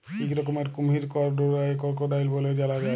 ইক রকমের কুমহির করকোডাইল ব্যলে জালা যায়